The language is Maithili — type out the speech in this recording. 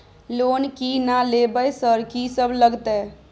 लोन की ना लेबय सर कि सब लगतै?